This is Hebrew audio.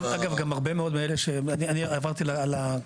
אני חייב משפט אחד בהמשך למה שאתה אומר.